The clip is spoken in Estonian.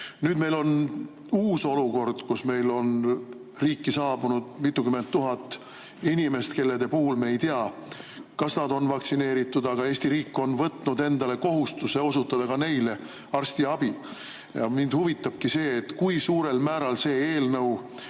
Nüüd on meil uus olukord, meil on riiki saabunud mitukümmend tuhat inimest, kelle puhul me ei tea, kas nad on vaktsineeritud. Aga Eesti riik on võtnud endale kohustuse osutada ka neile arstiabi. Mind huvitabki, kui suurel määral see eelnõu